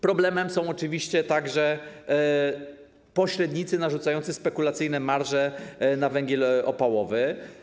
Problemem są oczywiście także pośrednicy narzucający spekulacyjne marże na węgiel opałowy.